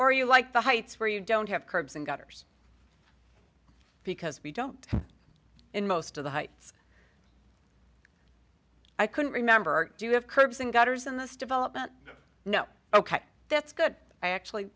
or you like the heights where you don't have curves and gutters because we don't in most of the heights i couldn't remember do you have curves in gutters in this development no ok that's good i actually